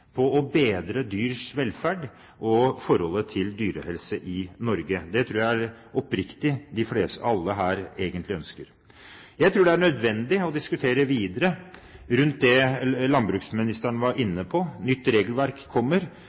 på å bedre dyrs velferd og forholdet til dyrehelse i Norge. Det tror jeg oppriktig talt alle her egentlig ønsker. Jeg tror det er nødvendig å diskutere videre det landsbruksministeren var inne på: Nytt regelverk kommer.